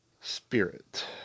Spirit